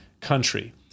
country